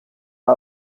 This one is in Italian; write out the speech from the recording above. era